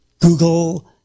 Google